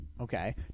okay